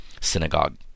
synagogue